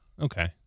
Okay